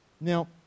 Now